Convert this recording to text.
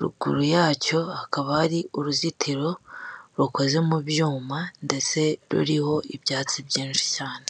ruguru yacyo hakaba hari uruzitiro rukoze mu byuma ndetse ruriho ibyatsi byinshi cyane.